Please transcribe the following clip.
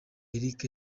eric